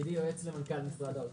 יועץ למנכ"ל משרד האוצר.